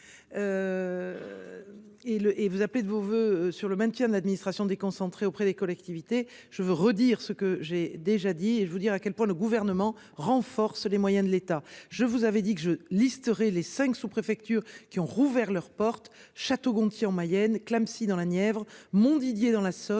et vous appelez de vos voeux sur le maintien de l'administration déconcentrée auprès des collectivités. Je veux redire ce que j'ai déjà dit et je dire à quel point le gouvernement renforce les moyens de l'État je vous avez dit que je lis seraient les cinq sous-préfecture qui ont rouvert leurs portes Château-Gontier en Mayenne Clamecy dans la Nièvre Montdidier dans la Somme